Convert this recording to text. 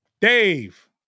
Dave